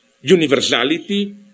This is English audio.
universality